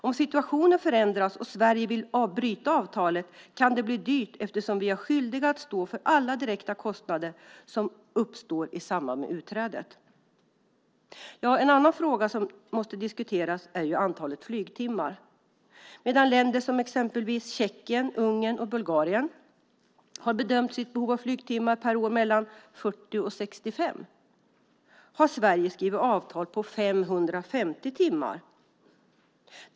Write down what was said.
Om situationen förändras och Sverige vill bryta avtalet kan det bli dyrt, eftersom vi är skyldiga att stå för alla direkta kostnader som uppstår i samband med utträdet. En annan fråga som måste diskuteras är antalet flygtimmar. Medan länder som Tjeckien, Ungern och Bulgarien har bedömt sitt behov av flygtimmar per år till mellan 40 och 65 har Sverige skrivit avtal på 550 timmar.